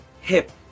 hip